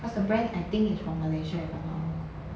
cause the brand I think is from malaysia if I'm not wrong